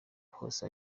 hose